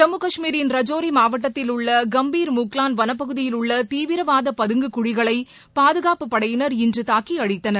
ஜம்மு கஷ்மீரின் ரஜோரி மாவட்டத்தில் உள்ள கம்பீர் முக்லான் வனப்பகுதியில் உள்ள தீவிரவாத பதுங்குக் குழிகளை பாதுகாப்புப் படையினர் இன்று தாக்கி அழித்தனர்